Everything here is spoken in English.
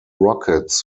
rockets